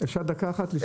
אפשר דקה אחת?